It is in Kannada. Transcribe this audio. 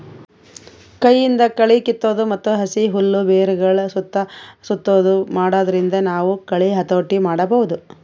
ಕೈಯಿಂದ್ ಕಳಿ ಕಿತ್ತದು ಮತ್ತ್ ಹಸಿ ಹುಲ್ಲ್ ಬೆರಗಳ್ ಸುತ್ತಾ ಸುತ್ತದು ಮಾಡಾದ್ರಿಂದ ನಾವ್ ಕಳಿ ಹತೋಟಿ ಮಾಡಬಹುದ್